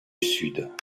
sud